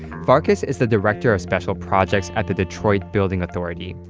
farkas is the director of special projects at the detroit building authority,